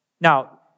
Now